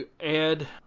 add